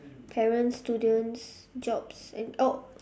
parents students jobs and oh